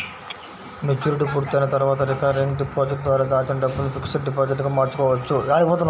maturity పూర్తయిన తర్వాత recurring deposit ద్వారా దాచిన డబ్బును ఫిక్స్డ్ డిపాజిట్ గా మార్చుకోవచ్చు